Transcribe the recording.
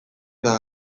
eta